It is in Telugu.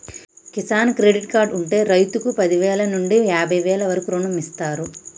కిసాన్ క్రెడిట్ కార్డు ఉంటె రైతుకు పదివేల నుండి యాభై వేల వరకు రుణమిస్తారు